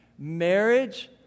Marriage